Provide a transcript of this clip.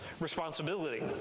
responsibility